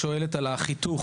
את החיתוך